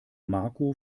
marco